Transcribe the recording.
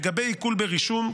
לגבי עיקול ברישום,